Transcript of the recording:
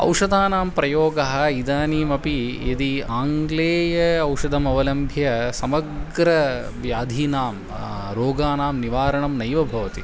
औषधानां प्रयोगः इदानीमपि यदि आङ्ग्लेय औषधमवलम्ब्य समग्र व्याधीनां रोगानां निवारणं नैव भवति